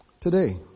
today